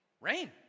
Rain